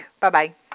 Bye-bye